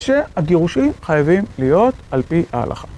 שהגירושים חייבים להיות על פי ההלכה.